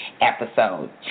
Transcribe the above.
episode